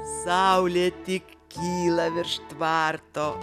saulė tik kyla virš tvarto